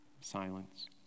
silence